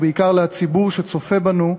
ובעיקר לציבור שצופה בנו,